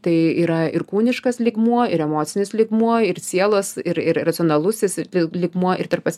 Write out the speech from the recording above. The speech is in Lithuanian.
tai yra ir kūniškas lygmuo ir emocinis lygmuo ir sielos ir ir racionalusis l lygmuo ir tarp as